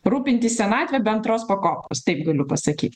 rūpintis senatve be antros pakopos taip galiu pasakyt